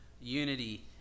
unity